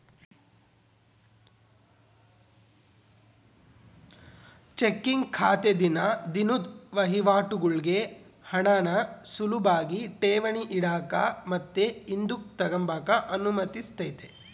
checking ಖಾತೆ ದಿನ ದಿನುದ್ ವಹಿವಾಟುಗುಳ್ಗೆ ಹಣಾನ ಸುಲುಭಾಗಿ ಠೇವಣಿ ಇಡಾಕ ಮತ್ತೆ ಹಿಂದುಕ್ ತಗಂಬಕ ಅನುಮತಿಸ್ತತೆ